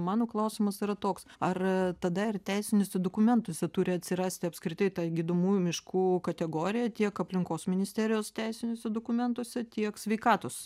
mano klausimas yra toks ar tada ir teisiniuose dokumentuose turi atsirasti apskritai ta gydomųjų miškų kategorija tiek aplinkos ministerijos teisiniuose dokumentuose tiek sveikatos